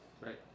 Right